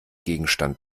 gegenstand